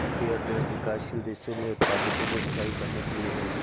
fair trade विकासशील देशों में उत्पादकों को स्थायी करने के लिए है